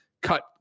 cut